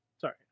Sorry